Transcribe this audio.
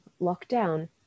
lockdown